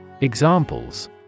Examples